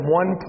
one